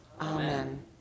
amen